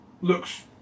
Looks